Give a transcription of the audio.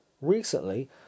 Recently